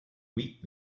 read